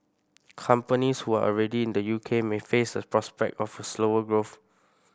companies who are already in the U K may face the prospect of a slower growth